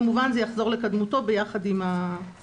כמובן זה יחזור לקדמותו ביחד עם החזרת